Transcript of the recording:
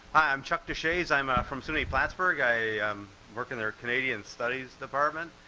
i'm chuck deshaies, i'm from suny plattsburgh. i work in their canadian studies department.